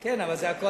זה מה שמצער.